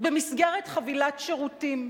במסגרת חבילת שירותים.